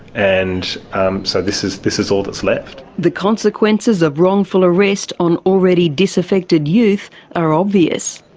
and um so this is this is all that's left. the consequences of wrongful arrest on already disaffected youth are obvious.